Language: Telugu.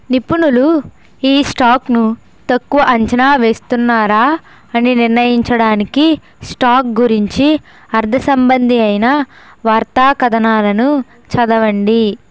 నిపుణులు ఈ స్టాక్ను తక్కువ అంచనా వేస్తున్నారా అని నిర్ణయించడానికి స్టాక్ గురించి అర్థ సంబంధియైన వార్తా కథనాలను చదవండి